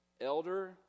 elder